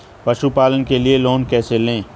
पशुपालन के लिए लोन कैसे लें?